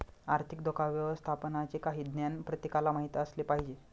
आर्थिक धोका व्यवस्थापनाचे काही ज्ञान प्रत्येकाला माहित असले पाहिजे